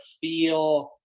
feel